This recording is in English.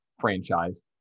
franchise